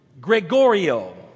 Gregorio